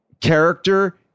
character